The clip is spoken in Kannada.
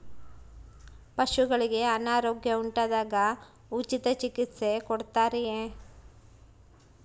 ಪಶುಗಳಿಗೆ ಅನಾರೋಗ್ಯ ಉಂಟಾದಾಗ ಉಚಿತ ಚಿಕಿತ್ಸೆ ಕೊಡುತ್ತಾರೆಯೇ?